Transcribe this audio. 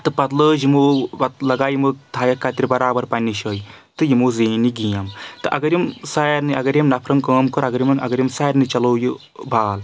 تہٕ پتہٕ لٲج یِمو پتہٕ لگایہ یِمو تھایَکھ کترِ برابر پننہِ جایہ تہٕ یِمو زیٖن یہِ گیم تہٕ اگر یِم سارنی اگر یِم نفرَن کٲم کوٚر اگر یِمَن اگر یِم سارنٕے چلوو یہِ بال